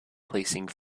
placing